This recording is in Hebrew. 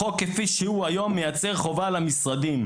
החוק, כפי שהוא היום, מייצר חובה למשרדים.